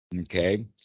Okay